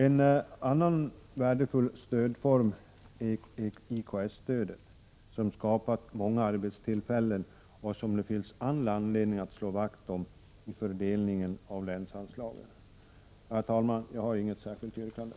En annan värdefull stödform är IKS-stödet, som skapat många arbetstillfällen och som det finns all anledning att slå vakt om vid fördelningen av länsanslagen. Herr talman! Jag har inget särskilt yrkande.